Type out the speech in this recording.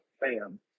bam